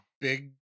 big